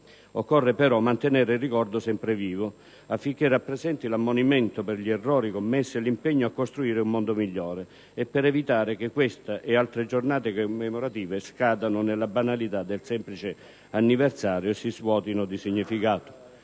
Occorre, però, mantenere il ricordo sempre vivo, affinché rappresenti l'ammonimento per gli errori commessi e l'impegno a costruire un mondo migliore, e per evitare che questa e altre giornate commemorative scadano nella banalità del semplice anniversario e si svuotino di significato.